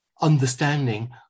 understanding